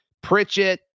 Pritchett